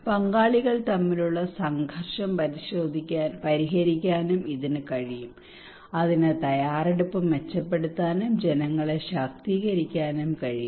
പങ്കാളികൾ തമ്മിലുള്ള സംഘർഷം പരിഹരിക്കാനും ഇതിന് കഴിയും അതിന് തയ്യാറെടുപ്പ് മെച്ചപ്പെടുത്താനും ജനങ്ങളെ ശാക്തീകരിക്കാനും കഴിയും